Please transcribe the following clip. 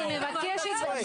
אני מבקשת,